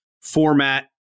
format